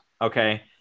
Okay